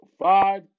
five